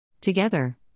Together